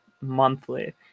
monthly